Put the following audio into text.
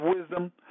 wisdom